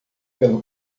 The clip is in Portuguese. pelo